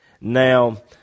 Now